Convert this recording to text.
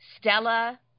Stella